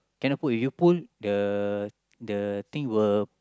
cannot pull if you pull the the thing will